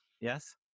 yes